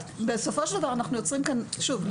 בסופו של דבר אנחנו יוצרים כאן שוב,